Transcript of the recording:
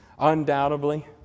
undoubtedly